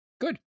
Good